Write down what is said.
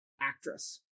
actress